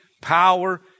power